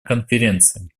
конференции